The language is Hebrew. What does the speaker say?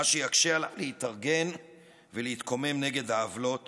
מה שיקשה עליו להתארגן ולהתקומם נגד העוולות